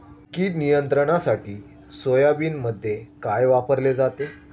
कीड नियंत्रणासाठी सोयाबीनमध्ये काय वापरले जाते?